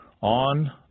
on